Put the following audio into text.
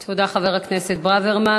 תודה, חבר הכנסת ברוורמן.